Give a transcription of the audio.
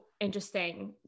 interesting